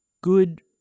Good